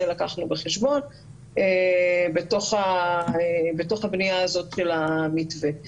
לקחנו בחשבון בתוך הבנייה הזאת של המתווה.